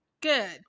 good